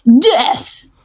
death